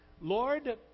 Lord